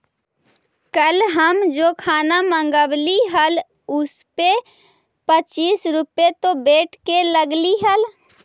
कल हम जे खाना मँगवइली हल उसपे पच्चीस रुपए तो वैट के लगलइ हल